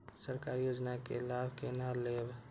सरकारी योजना के लाभ केना लेब?